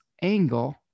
angle